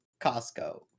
Costco